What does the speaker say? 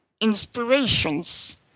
inspirations